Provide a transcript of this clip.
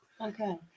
Okay